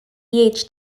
his